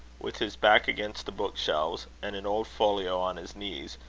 with his back against the book-shelves, and an old folio on his knees,